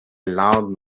loud